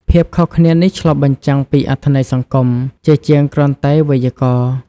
ភាពខុសគ្នានេះឆ្លុះបញ្ចាំងពីអត្ថន័យសង្គម ជាជាងគ្រាន់តែវេយ្យាករណ៍។